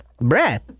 breath